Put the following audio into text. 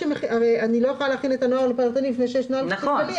הרי אי אפשר להכין את הנוהל הפרטני לפני שיש נוהל כללי.